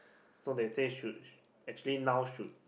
so they said should actually now should